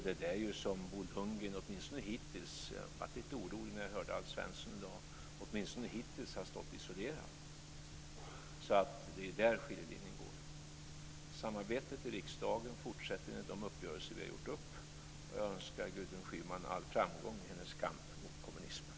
Det är där som Bo Lundgren hittills - jag blev lite orolig när jag hörde Alf Svensson i dag - har stått isolerad. Det är där skiljelinjen går. Samarbetet i riksdagen fortsätter med de uppgörelser vi har gjort. Jag önskar Gudrun Schyman all framgång i hennes kamp mot kommunismen.